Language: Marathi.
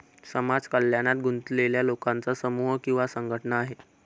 समाज कल्याणात गुंतलेल्या लोकांचा समूह किंवा संघटना आहे